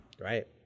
Right